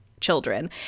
children